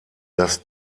das